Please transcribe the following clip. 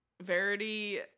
Verity